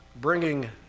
bringing